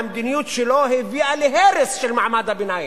המדיניות שלו הביאה להרס של מעמד הביניים,